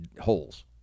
holes